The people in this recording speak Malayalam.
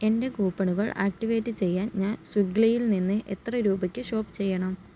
എൻ്റെ കൂപ്പണുകൾ ആക്ടിവേറ്റ് ചെയ്യാൻ ഞാൻ സ്വിഗ്ലിയിൽ നിന്ന് നിന്ന് എത്ര രൂപയ്ക്ക് ഷോപ്പ് ചെയ്യണം